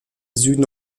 süden